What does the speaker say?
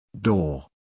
door